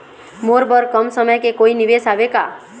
मोर बर कम समय के कोई निवेश हावे का?